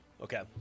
okay